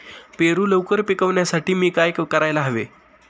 पेरू लवकर पिकवण्यासाठी मी काय करायला हवे?